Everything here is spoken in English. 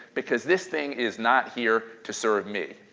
because this thing is not here to serve me.